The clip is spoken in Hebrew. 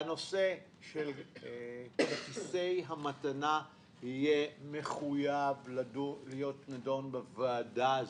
והנושא של כרטיסי המתנה יהיה מחויב להיות נדון בוועדה הזו.